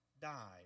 died